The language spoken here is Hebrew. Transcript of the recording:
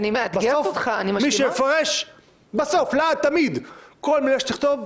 בסוף מי שיפרש, בסוף, לעד, תמיד, כל מילה שתכתוב,